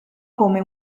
come